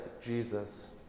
Jesus